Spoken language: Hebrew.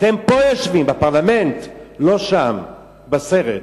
אתם יושבים פה בפרלמנט, ולא שם בסרט.